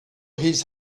his